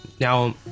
now